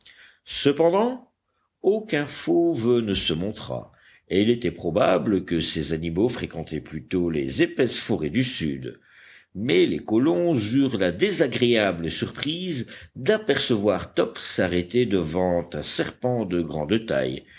cependant aucun fauve ne se montra et il était probable que ces animaux fréquentaient plutôt les épaisses forêts du sud mais les colons eurent la désagréable surprise d'apercevoir top s'arrêter devant un serpent de grande taille